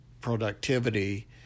productivity